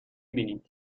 بینید